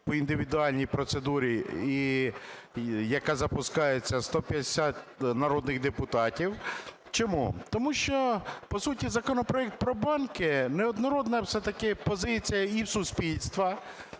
по індивідуальній процедурі, і яка запускається в 150 народних депутатів. Чому? Тому що по суті законопроект про банки - неоднорідна все-таки позиція і в суспільства.